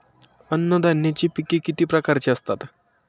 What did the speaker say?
अन्नधान्याची पिके किती प्रकारची असतात?